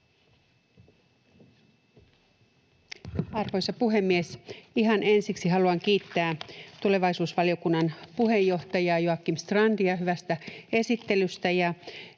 Arvoisa puhemies! Ihan ensiksi haluan kiittää tulevaisuusvaliokunnan puheenjohtaja Joakim Strandia hyvästä esittelystä